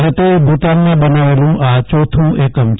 ભારતે ભુતાનમાં બનાવેલું આ ચોથું એકમ છે